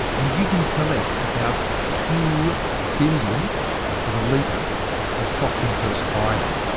and you can collect about two billionths of a litre of toxin per spider.